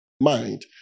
mind